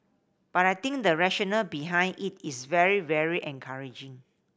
but I think the rationale behind it is very very encouraging